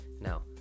Now